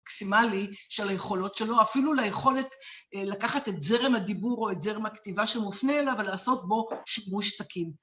מקסימלי של היכולות שלו, אפילו ליכולת לקחת את זרם הדיבור או את זרם הכתיבה שמופנה אליו ולעשות בו שימוש תקין.